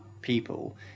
people